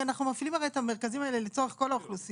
הרי אנחנו מפעילים את המרכזים האלה לצורך כל האוכלוסייה.